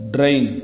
Drain